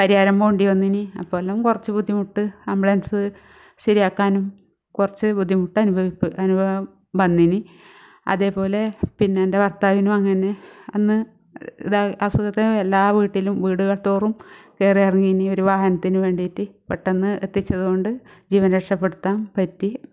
പരിയാരം പോകേണ്ടി വന്നിനി അപ്പം എല്ലാം കുറച്ച് ബുദ്ധിമുട്ട് ആംബുലൻസ് ശരിയാക്കാനും കുറച്ച് ബുദ്ധിമുട്ടനുഭവി അനുഭവം വന്നിനി അതേപോലെ പിന്നെ എൻ്റെ ഭർത്താവിനും അങ്ങനെ അന്ന് ഇതാ അസുഖത്തിന് എല്ലാ വീട്ടിലും വീടുകൾ തോറും കയറി ഇറങ്ങീനി ഒരു വാഹനത്തിന് വേണ്ടിയിട്ട് പെട്ടെന്ന് എത്തിച്ചത് കൊണ്ട് ജീവൻ രക്ഷപ്പെടുത്താം പറ്റി